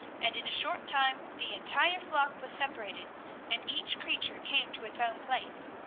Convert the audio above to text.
and in a short time the entire flock was separated and each creature came to its own place.